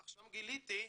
עכשיו גיליתי,